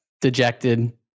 dejected